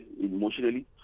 emotionally